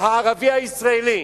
הערבי הישראלי,